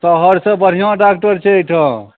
शहरसँ बढ़िआँ डाक्टर छै एहिठाम